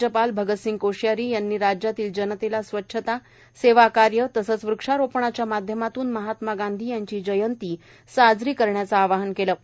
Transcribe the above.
राज्यपाल भगतसिंह कोश्यारी यांनी राज्यातील जनतेला स्वच्छता सेवाकार्य तसंच व्रक्षारोपणाच्या माध्यमातून महात्मा गांधी यांची जयंती साजरी करण्याचं आवाहन केलं आहे